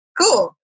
cool